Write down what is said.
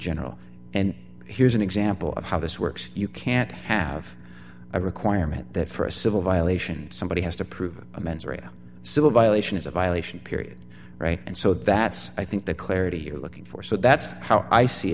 general and here's an example of how this works you can't have a requirement that for a civil violation somebody has to prove amends or a civil violation is a violation period right and so that's i think the clarity you're looking for so that's how i see